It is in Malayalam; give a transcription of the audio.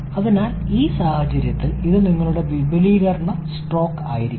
അതിനാൽ ഈ സാഹചര്യത്തിൽ ഇത് നിങ്ങളുടെ വിപുലീകരണ സ്ട്രോക്ക് ആയിരിക്കും